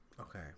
Okay